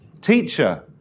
teacher